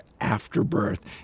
afterbirth